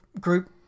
group